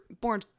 born